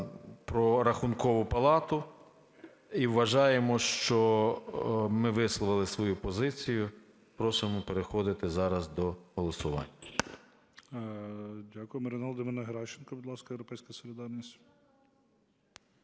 про Рахункову палату. І вважаємо, що ми висловили свою позицію. Просимо переходити зараз до голосування.